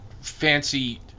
fancy